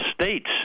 states